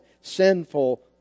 sinful